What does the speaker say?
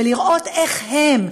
ולראות איך הם,